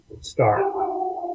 start